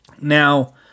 Now